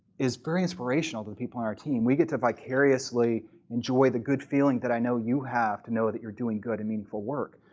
is very inspirational to people on our team. we get to vicariously enjoy the good feeling that i know you have to know that you're doing good and meaningful work.